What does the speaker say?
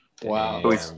Wow